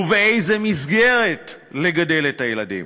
ובאיזו מסגרת לגדל את הילדים.